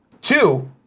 Two